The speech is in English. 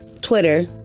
Twitter